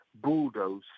bulldoze